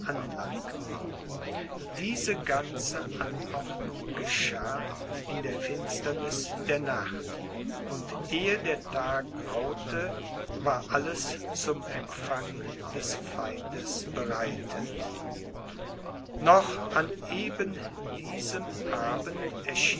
anlangten diese ganze anordnung geschah in der finsterniß der nacht und ehe der tag graute war alles zum empfang des feindes bereitet noch an eben diesem abend